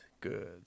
good